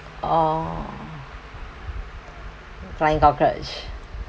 oh flying cockroach